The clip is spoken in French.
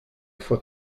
foi